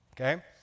okay